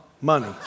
money